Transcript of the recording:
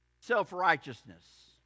self-righteousness